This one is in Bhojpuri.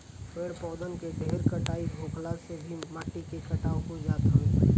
पेड़ पौधन के ढेर कटाई होखला से भी माटी के कटाव हो जात हवे